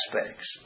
aspects